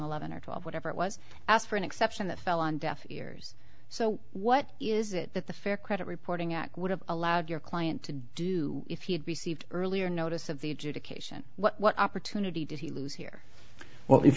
eleven or twelve whatever it was asked for an exception that fell on deaf ears so what is it that the fair credit reporting act would have allowed your client to do if you received earlier notice of the adjudication what opportunity did he lose here well if